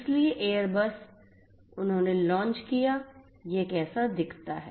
इसलिए एयरबस उन्होंने लॉन्च किया यह कैसा दिखता है